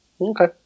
Okay